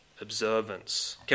observance